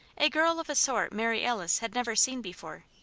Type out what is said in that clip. a girl of a sort mary alice had never seen before.